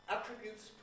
Attributes